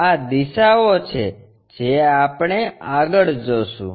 આ દિશાઓ છે જે આપણે આગળ જોશું